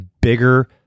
bigger